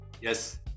Yes